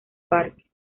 parque